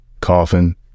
coffin